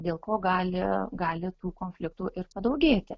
dėl ko gali gali tų konfliktų ir padaugėti